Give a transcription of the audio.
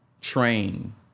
train